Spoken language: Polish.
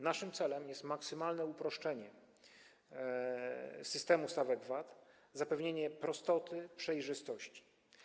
Naszym celem jest maksymalne uproszczenie systemu stawek VAT, zapewnienie prostoty i przejrzystości.